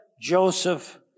Joseph